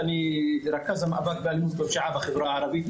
רכז המאבק באלימות ופשיעה בחברה הערבית,